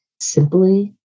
simply